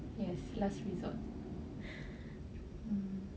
yes last resort mm